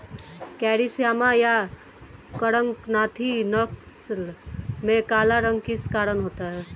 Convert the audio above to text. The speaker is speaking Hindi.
कैरी श्यामा या कड़कनाथी नस्ल में काला रंग किस कारण होता है?